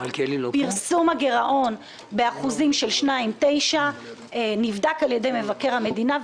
פרסום הגרעון באחוזים של 2.9% נבדק על-ידי מבקר המדינה.